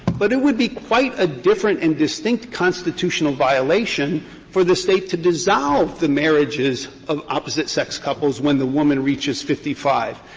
but it would be quite a different and distinct constitutional violation for the state to dissolve the marriages of opposite-sex couples when the woman reaches fifty five.